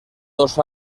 dos